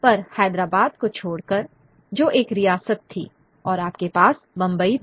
पर हैदराबाद को छोड़कर जो एक रियासत थी और आपके पास बंबई था